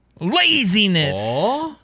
Laziness